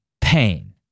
pain